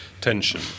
tension